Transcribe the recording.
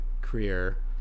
career